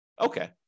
Okay